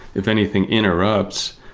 if anything interrupts,